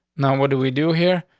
now what do we do here?